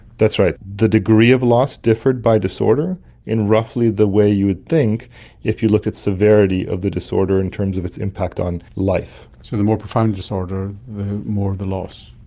that's right. the degree of loss differed by disorder in roughly the way you'd think if you looked at severity of the disorder in terms of its impact on life. so the more profound disorder, the more the loss.